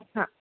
हां